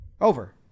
Over